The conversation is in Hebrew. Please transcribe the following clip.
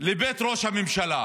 לבית ראש הממשלה,